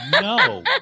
No